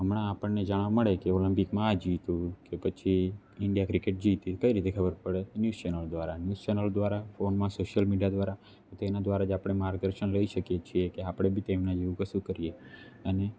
હમણાં આપણને જાણ મળે કે ઓલમ્પિકમાં આ જીત્યું કે પછી ઇન્ડિયા ક્રિકેટ કઈ રીતે ખબર પડે ન્યૂઝ ચેનલ દ્વારા ન્યૂઝ ચેનલ દ્વારા ફોનમાં સોશિયલ મીડિયા દ્વારા જે તેના દ્વારા આપણે માર્ગદર્શન લઈ શકીએ છીએ કે આપણે બી તેમના જેવું કશું કરીએ અને